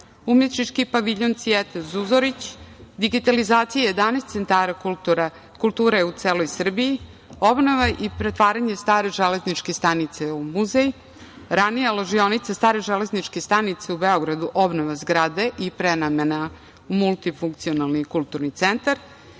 Umetnički paviljon Cvijeta Zuzorić; digitalizacija 11 centara kulture u celoj Srbiji; obnova i pretvaranje stare železničke stanice u muzej; ranija ložionica stare železničke stanice u Beogradu – obnova zgrade i prenamena u multifunkcionalni kulturni centar;